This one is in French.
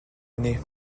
année